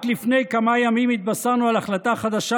רק לפני כמה ימים התבשרנו על החלטה חדשה,